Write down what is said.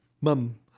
mum